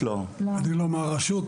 אני לא מהרשות,